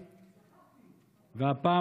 והפעם,